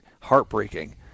heartbreaking